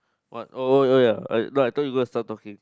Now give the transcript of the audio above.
what oh oh oh ya uh no I thought you are gonna start talking